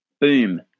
Boom